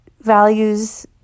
values